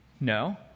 No